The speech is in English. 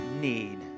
need